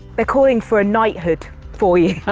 they're calling for a knighthood for you.